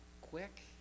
quick